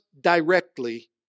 directly